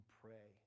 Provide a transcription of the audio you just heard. pray